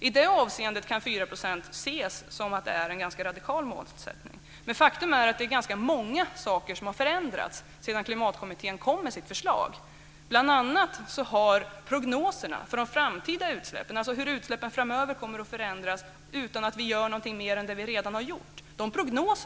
I det avseendet kan 4 % betraktas som en ganska radikal målsättning. Faktum är att det är ganska många saker som har förändrats sedan Klimatkommittén kom med sitt förslag. Bl.a. har prognoserna för de framtida utsläppen förändrats avsevärt. De gäller hur utsläppen framöver kommer att förändras om vi inte gör någonting mer än vad vi redan har gjort.